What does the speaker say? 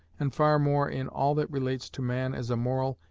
and far more in all that relates to man as a moral,